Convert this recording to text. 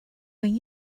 when